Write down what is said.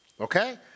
Okay